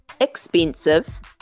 expensive